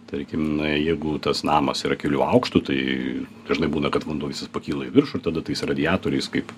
tarkim na jeigu tas namas yra kelių aukštų tai dažnai būna kad vanduo visas pakyla į viršų ir tada tais radiatoriais kaip